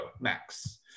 Max